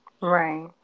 Right